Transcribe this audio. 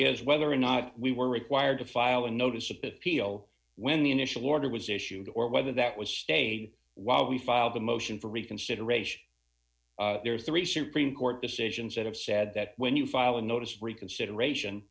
is whether or not we were required to file a notice appeal when the initial order was issued or whether that was stayed while we filed a motion for reconsideration there's three supreme court decisions that have said that when you file a notice reconsideration